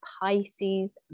Pisces